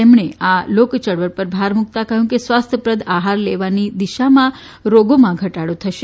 તેમણે આ લોક યળવળ પર ભાર મૂકતા કહ્યું કે સ્વાસ્થ્યપ્રદ આહાર લેવાતી દેશમાં રોગોમાં ઘટાડો થશે